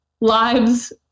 lives